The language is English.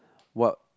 what